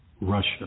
Russia